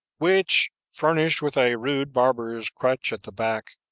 which, furnished with a rude barber's crotch at the back,